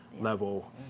level